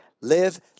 live